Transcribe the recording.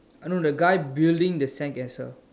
I don't know the guy building the sandcastle